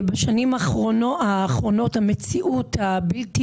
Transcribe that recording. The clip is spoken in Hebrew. בשנים האחרונות המציאות הבלתי